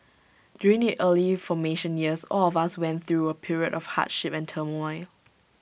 during the early formation years all of us went through A period of hardship and turmoil